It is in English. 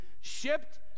shipped